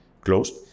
closed